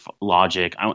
logic